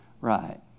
Right